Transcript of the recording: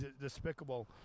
despicable